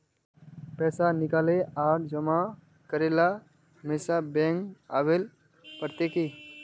पैसा निकाले आर जमा करेला हमेशा बैंक आबेल पड़ते की?